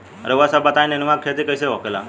रउआ सभ बताई नेनुआ क खेती कईसे होखेला?